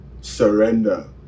surrender